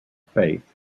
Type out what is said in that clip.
faith